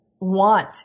want